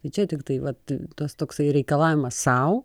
tai čia tiktai vat tas toksai reikalavimas sau